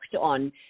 on